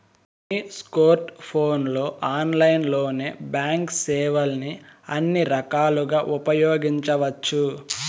నీ స్కోర్ట్ ఫోన్లలో ఆన్లైన్లోనే బాంక్ సేవల్ని అన్ని రకాలుగా ఉపయోగించవచ్చు